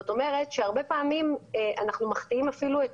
זאת אומרת שהרבה פעמים אנחנו מחטיאים אפילו את